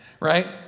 Right